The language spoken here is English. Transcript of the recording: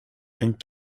and